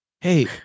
Hey